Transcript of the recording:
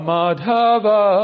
Madhava